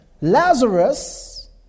Lazarus